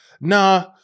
Nah